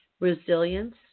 resilience